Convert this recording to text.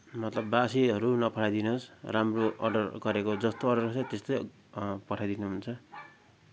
मतलब बासीहरू नपठाइदिनुहोस् राम्रो अर्डर गरेको जस्तो अर्डर गरेको छ त्यस्तै पठाइदिनुहुन्छ